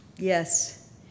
Yes